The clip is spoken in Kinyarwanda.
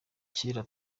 kera